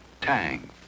Tang